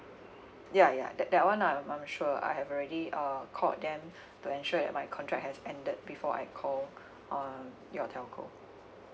ya ya that that [one] I'm I'm sure I've already uh called them to ensure that my contract had ended before I call uh your telco